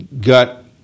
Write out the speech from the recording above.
gut